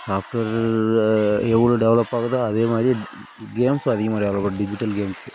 software எவ்வளோ டெவலப்பாகுதோ அதேமாதிரி கேம்ஸும் அதிகமாக விளையாடுகிறோம் இப்போ டிஜிட்டல் கேம்ஸு